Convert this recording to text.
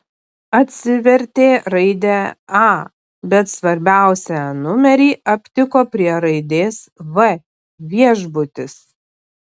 atsivertė raidę a bet svarbiausią numerį aptiko prie raidės v viešbutis